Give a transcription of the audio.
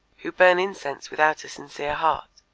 who burn incense without a sincere heart,